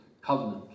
covenant